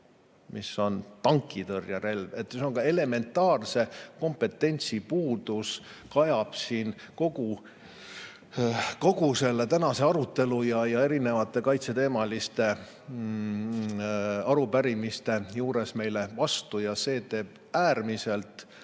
Need on tankitõrjerelvad. See on ka elementaarse kompetentsi puudus, mis kajab siin kogu selle tänase arutelu ja erinevate kaitseteemaliste arupärimiste juures meile vastu. See teeb äärmiselt